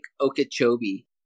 Okeechobee